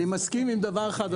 אני מסכים עם דבר אחד,